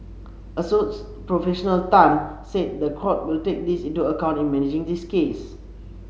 Assoc Professional Tan said the court will take this into account in managing this case